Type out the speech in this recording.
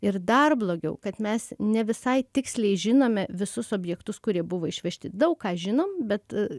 ir dar blogiau kad mes ne visai tiksliai žinome visus objektus kurie buvo išvežti daug ką žinom bet